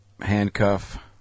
Handcuff